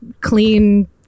Clean